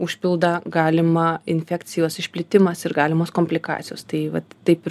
užpildą galimą infekcijos išplitimas ir galimos komplikacijos tai vat taip ir